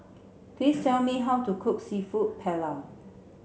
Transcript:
please tell me how to cook Seafood Paella